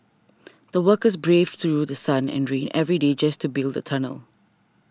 the workers braved through sun and rain every day just to build the tunnel